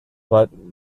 but